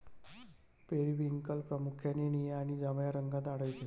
periwinkle प्रामुख्याने निळ्या आणि जांभळ्या रंगात आढळते